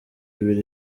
ibiri